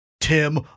Tim